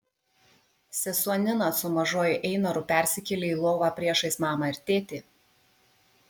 sesuo nina su mažuoju einaru persikėlė į lovą priešais mamą ir tėtį